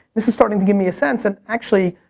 this is starting to give me a sense, and actually,